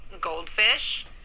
goldfish